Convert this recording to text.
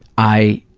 i